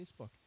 Facebook